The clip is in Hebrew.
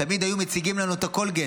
תמיד היו מציגים לנו את קולגייט,